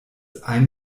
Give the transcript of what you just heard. ein